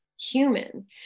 human